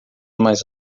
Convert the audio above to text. mais